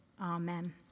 amen